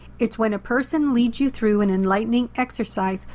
it's when a person leads you through an enlightening exercise,